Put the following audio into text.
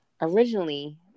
Originally